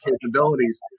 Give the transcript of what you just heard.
capabilities